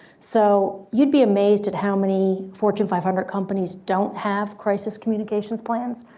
so you'd be amazed at how many fortune five hundred companies don't have crisis communications plans,